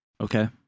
Okay